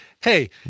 hey